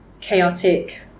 chaotic